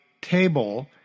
table